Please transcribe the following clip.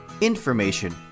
information